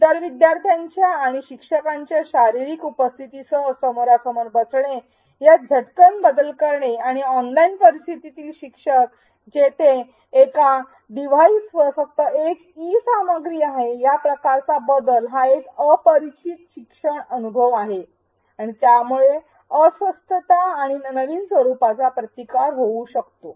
इतर विद्यार्थ्यांच्या आणि शिक्षकांच्या शारिरीक उपस्थितीसह समोरासमोर बसणे यात झटकन बदल करणे आणि ऑनलाइन परिस्थितीतील शिक्षक जेथे एका डिव्हाइसवर फक्त एक ई सामग्री आहे या प्रकारचा बदल हा एक अपरिचित शिक्षण अनुभव आहे आणि यामुळे अस्वस्थता आणि नवीन स्वरुपाचा प्रतिकार होऊ शकतो